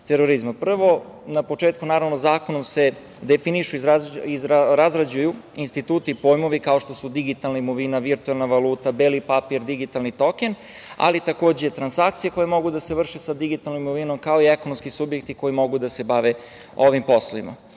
na početku, zakonom se definišu i razrađuju instituti i pojmovi kao što su digitalna imovina, virtuelna valuta, beli papir, digitalni token, ali i takođe transakcije koje mogu da se izvrše sa digitalnom imovinom, kao i ekonomski subjekti koji mogu da se bave ovim poslovima. Ono